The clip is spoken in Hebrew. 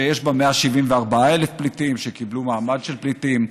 שיש בה 174,000 פליטים שקיבלו מעמד של פליטים,